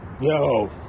yo